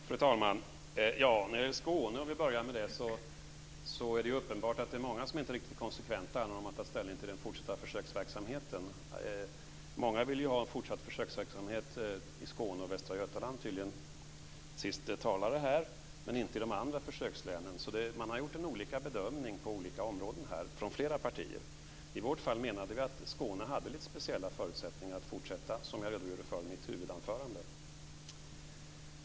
Fru talman! Vi börjar med Skåne. Det är uppenbart att det är många som inte är konsekventa när de tar ställning till den fortsatta försöksverksamheten. Många vill ha fortsatt försöksverksamhet i Skåne och Västra Götaland - den senaste talaren här - men inte i de andra försökslänen. Man har i flera partier gjort olika bedömning på olika områden. I vårt fall menade vi att Skåne hade lite speciella förutsättningar att fortsätta, vilket jag redogjorde för i mitt huvudanförande.